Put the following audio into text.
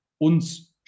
Uns